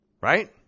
right